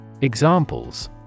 Examples